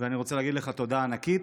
ואני רוצה להגיד לך תודה ענקית.